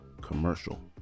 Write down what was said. Commercial